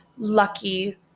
lucky